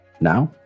Now